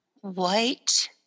white